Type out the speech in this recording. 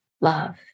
love